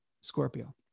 Scorpio